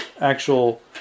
actual